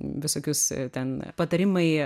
visokius ten patarimai